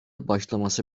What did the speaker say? başlaması